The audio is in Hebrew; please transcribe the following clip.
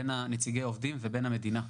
נציגי העובדים ובין המדינה.